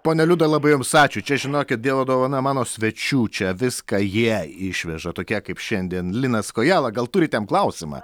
ponia liuda labai jums ačiū čia žinokit dievo dovana mano svečių čia viską jie išveža tokie kaip šiandien linas kojala gal turit jam klausimą